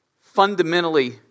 fundamentally